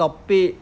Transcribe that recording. topic